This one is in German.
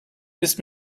ist